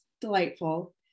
delightful